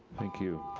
thank you.